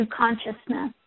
consciousness